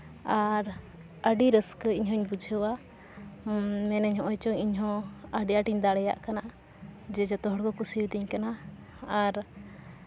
ᱟᱨ ᱟᱹᱰᱤ ᱨᱟᱹᱥᱠᱟᱹ ᱤᱧ ᱦᱚᱸᱧ ᱵᱩᱡᱷᱟᱹᱣᱟ ᱢᱮᱱᱟᱹᱧ ᱱᱚᱜᱼᱚᱭ ᱪᱚᱝ ᱤᱧᱦᱚᱸ ᱟᱹᱰᱤ ᱟᱸᱴᱤᱧ ᱫᱟᱲᱮᱭᱟᱜ ᱠᱟᱱᱟ ᱡᱮ ᱡᱚᱛᱚ ᱦᱚᱲ ᱠᱚ ᱠᱩᱥᱤᱭᱟᱛᱤᱧ ᱠᱟᱱᱟ ᱟᱨ